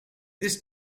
this